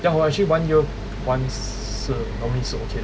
ya 我 actually one year once 是 only 十二天